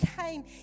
came